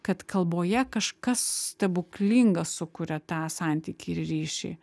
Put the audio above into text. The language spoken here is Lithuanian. kad kalboje kažkas stebuklingo sukuria tą santykį ir ryšį